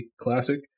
Classic